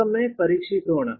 ಮತ್ತೊಮ್ಮೆ ಪರಿಷ್ಕರಿಸೋಣ